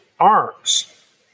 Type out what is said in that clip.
arms